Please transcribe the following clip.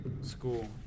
school